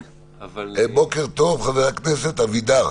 בוקר טוב, חבר הכנסת אבידר.